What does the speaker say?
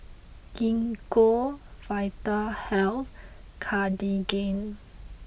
Gingko Vitahealth and Cartigain